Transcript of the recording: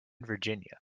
virginia